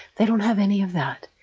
they don't have any of that.